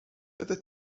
oeddet